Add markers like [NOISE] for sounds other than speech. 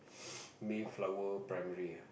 [NOISE] Mayflower primary ah